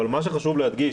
אבל מה שחשוב להדגיש